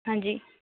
ਹਾਂਜੀ